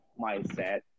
mindset